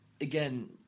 again